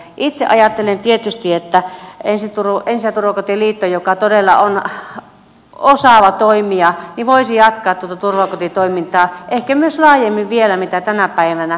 itse ajattelen tietysti että ensi ja turvakotien liitto joka todella on osaava toimija voisi jatkaa tuota turvakotitoimintaa ehkä myös vielä laajemmin kuin tänä päivänä